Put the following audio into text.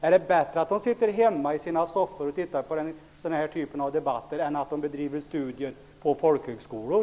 Är det bättre att de sitter hemma i sina soffor och tittar på denna typ av debatter än att de bedriver studier på folkhögskolor?